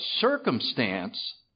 circumstance